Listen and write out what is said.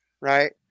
right